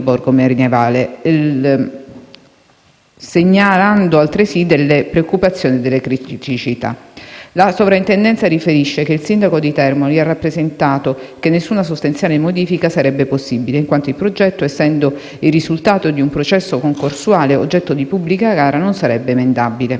borgo medievale, segnalando altresì delle preoccupazioni e delle criticità. La Soprintendenza riferisce che il sindaco di Termoli ha rappresentato che nessuna sostanziale modifica sarebbe possibile, in quanto il progetto, essendo il risultato di un processo concorsuale oggetto di pubblica gara, non sarebbe emendabile.